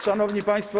Szanowni Państwo!